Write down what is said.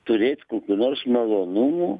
turėt kokių nors malonumų